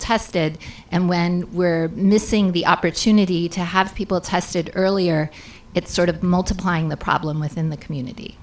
tested and when we're missing the opportunity to have people tested earlier it sort of multiplying the problem within the community